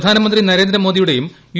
പ്രധാനമന്ത്രി നരേന്ദ്രമോദിയുടെയും യു